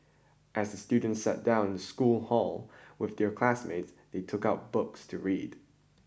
as the students sat down in the school hall with their classmates they took out books to read